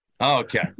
Okay